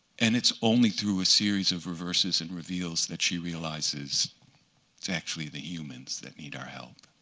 and it's only through a series of reverses and reveals that she realizes it's actually the humans that need our help.